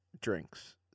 drinks